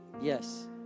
Yes